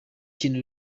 kandi